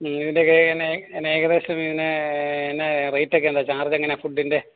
ഇതിൻറെ ഏകദേശം എന്നാ റേറ്റ് ഒക്കെ ചാർജ് എങ്ങനെയാണ് ഫുഡിൻറെ